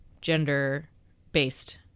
gender-based